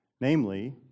namely